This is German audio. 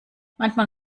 manchmal